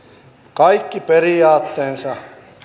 kaikki periaatteensa